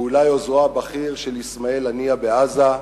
או אולי עוזרו הבכיר של אסמאעיל הנייה בעזה,